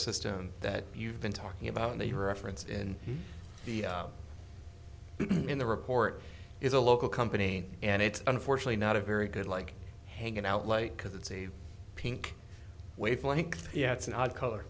system that you've been talking about and they were referenced in the in the report is a local company and it's unfortunately not a very good like hanging out light because it's a pink wave length yeah it's an odd color